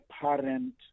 parent